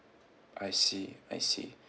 I see I see